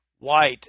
white